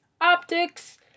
optics